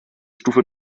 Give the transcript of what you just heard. stufe